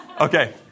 Okay